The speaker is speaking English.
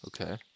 Okay